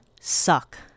suck